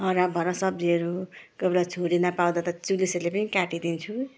हराभरा सब्जीहरू कोही बेला छुरी नपाउँदा त चुलेसीले पनि काटिदिन्छु